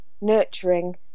nurturing